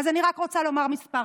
אז אני רק רוצה להגיד כמה מילים: